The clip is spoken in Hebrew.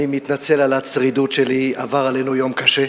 אני מתנצל על הצרידות שלי, עבר עלינו יום קשה.